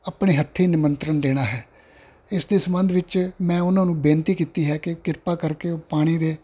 ਆਪਣੇ ਹੱਥੀਂ ਨਿਮੰਤਰ ਨੂੰ ਦੇਣਾ ਹੈ ਇਸ ਦੇ ਸੰਬੰਧ ਵਿੱਚ ਮੈਂ ਉਹਨਾਂ ਨੂੰ ਬੇਨਤੀ ਕੀਤੀ ਹੈ ਕਿ ਕਿਰਪਾ ਕਰਕੇ ਪਾਣੀ ਦੇ